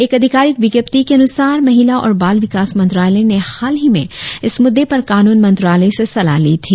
एक अधिकारिक विज्ञप्ति के अनुसार महिला और बाल विकास मंत्रालय ने हाल ही में इस मुद्दे पर कानून मंत्रालय से सलाह ली थी